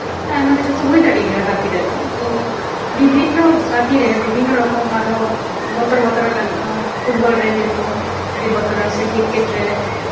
ᱛᱚ ᱟᱭᱢᱟ ᱠᱤᱪᱷᱩ ᱠᱚ ᱦᱩᱭ ᱫᱟᱲᱮᱜ ᱜᱮᱭᱟ ᱜᱟᱛᱮ ᱨᱮᱫᱚ ᱛᱚ ᱵᱤᱵᱷᱤᱱᱱᱚ ᱜᱟᱛᱮ ᱨᱮ ᱵᱤᱵᱷᱤᱱᱚ ᱨᱚᱠᱚᱢ ᱟᱨᱦᱚᱸ ᱵᱚᱛᱚᱨ ᱵᱚᱛᱚᱨ ᱟᱠᱟᱱ ᱯᱷᱩᱴᱵᱚᱞ ᱨᱮ ᱡᱮᱨᱚᱠᱚᱢ ᱟᱹᱰᱤ ᱵᱚᱛᱚᱨᱟᱱ ᱥᱮ ᱠᱨᱤᱠᱮᱴ ᱨᱮ